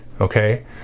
okay